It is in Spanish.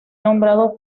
nombrado